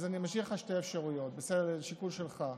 אני משאיר לך שתי אפשרויות, לשיקול שלך.